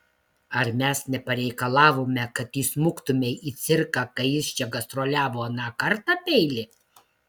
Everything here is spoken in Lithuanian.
ar mes nepareikalavome kad įsmuktumei į cirką kai jis čia gastroliavo aną kartą beili